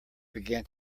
began